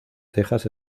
tejas